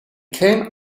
came